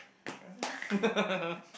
yeah